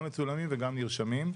גם מצולמים וגם נרשמים,